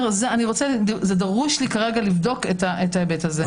זה דרוש לו כדי לבדוק את ההיבט הזה.